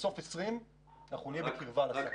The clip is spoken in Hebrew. ובסוף 2020 אנחנו נהיה בקרבה ל-10%.